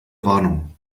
warnung